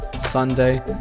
Sunday